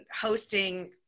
hosting